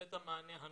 ואת המענה הנכון.